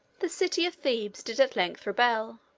the city of thebes did at length rebel.